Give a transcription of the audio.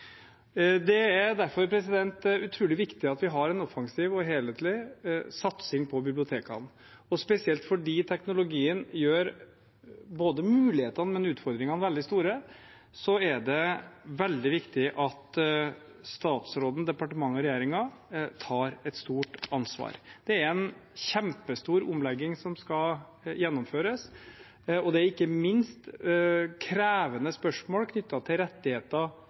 Det er derfor utrolig viktig at vi har en offensiv og helhetlig satsing på bibliotekene, og spesielt fordi teknologien gjør både mulighetene og utfordringene veldig store, er det veldig viktig at statsråden, departementet og regjeringen tar et stort ansvar. Det er en kjempestor omlegging som skal gjennomføres, og det er ikke minst krevende spørsmål knyttet til rettigheter